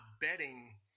betting